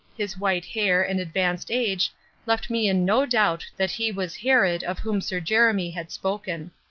his white hair and advanced age left me in no doubt that he was horrod of whom sir jeremy had spoken.